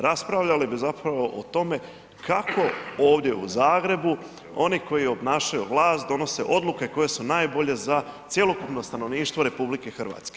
Raspravljali bi zapravo o tome kako ovdje u Zagrebu oni koji obnašaju vlast donose odluke koje su najbolje za cjelokupno stanovništvo RH.